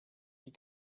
die